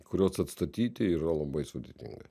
kurios atstatyti yra labai sudėtinga